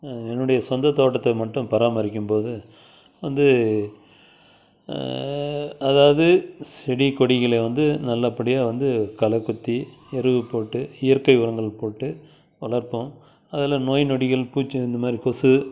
என்னோட சொந்த தோட்டத்தை மட்டும் பராமரிக்கும் போது வந்து அதாவது செடி கொடிகளை வந்து நல்லபடியாக வந்து களைக்கொத்தி எருவு போட்டு இயற்கை உரங்கள் போட்டு வளர்ப்போம் அதில் நோய் நொடிகள் பூச்சி இந்தமாதிரி கொசு